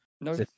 no